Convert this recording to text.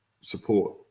support